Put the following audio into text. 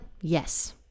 Yes